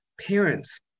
parents